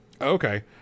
Okay